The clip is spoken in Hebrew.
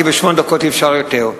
כי בשמונה דקות אי-אפשר יותר.